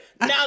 Now